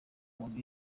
kuntu